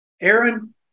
Aaron